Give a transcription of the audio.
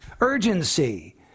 urgency